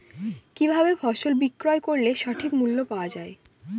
কি ভাবে ফসল বিক্রয় করলে সঠিক মূল্য পাওয়া য়ায়?